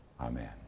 amen